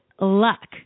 luck